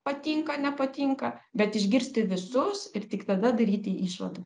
patinka nepatinka bet išgirsti visus ir tik tada daryti išvadų